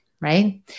right